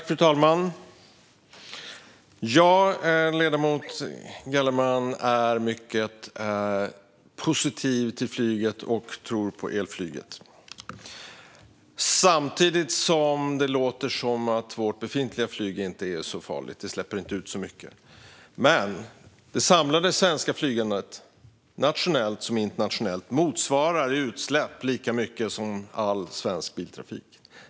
Fru talman! Ledamoten Gellerman är mycket positiv till flyget och tror på elflyget. Samtidigt låter det som att vårt befintliga flyg inte är så farligt och inte släpper ut så mycket. Men utsläppen från det samlade svenska flygandet, nationellt och internationellt, motsvarar utsläppen från all svensk biltrafik.